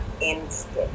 instant